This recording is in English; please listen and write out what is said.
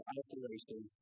isolation